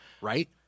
right